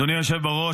אדוני היושב-ראש,